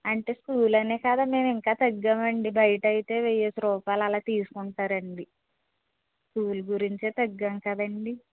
అంటే స్కూల్ అనే కదా మేము ఇంకా తగ్గాము అండి బయట అయితే వెయ్యేసి రూపాయలు అలా తీసుకుంటారు అండి స్కూల్ గురించే తగ్గాము కదండి